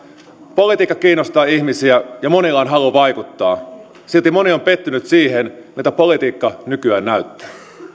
politiikka kiinnostaa ihmisiä ja monilla on halu vaikuttaa silti moni on pettynyt siihen miltä politiikka nykyään näyttää